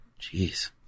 jeez